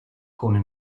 con